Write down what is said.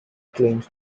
claims